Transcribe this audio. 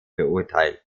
verurteilt